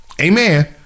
Amen